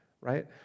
right